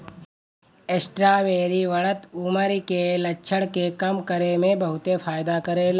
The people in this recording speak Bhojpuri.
स्ट्राबेरी बढ़त उमिर के लक्षण के कम करे में बहुते फायदा करेला